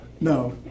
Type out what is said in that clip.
No